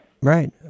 Right